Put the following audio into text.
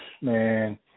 man